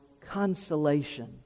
consolation